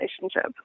relationship